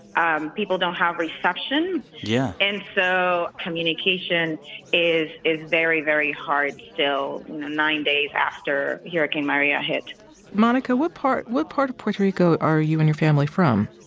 um people don't have reception yeah and so communication is is very, very hard still, nine days after hurricane maria hit monica, what part of puerto puerto rico are you and your family from?